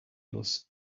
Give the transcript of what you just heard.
los